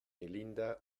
melinda